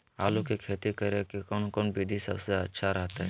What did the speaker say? आलू की खेती करें के कौन कौन विधि सबसे अच्छा रहतय?